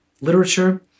literature